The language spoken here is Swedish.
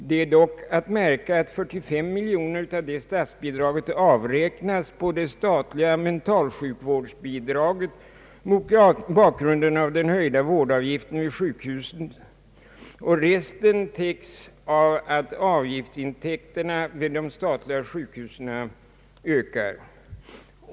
Det är dock att märka att 45 miljoner av statsbidraget avräknas på det statliga mentalsjukvårdsbidraget mot bakgrunden av den höjda vårdavgiften vid sjukhusen, och resten av statsbidraget täcks av att avgiftsintäkterna vid de statliga sjukhusen ökar.